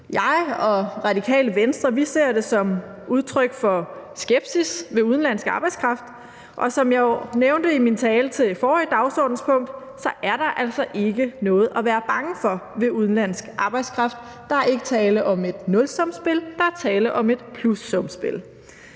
Jeg og Radikale Venstre ser det som udtryk for skepsis over for udenlandsk arbejdskraft, og som jeg jo nævnte i min tale ved forrige dagsordenspunkt, er der altså ikke noget at være bange for ved udenlandsk arbejdskraft. Der er ikke tale om et nulsumsspil, der er tale om et plussumsspil.